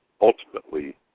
ultimately